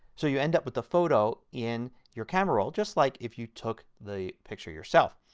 so you end up with a photo in your camera roll just like if you took the picture yourself.